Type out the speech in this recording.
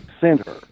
center